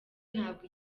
ntabwo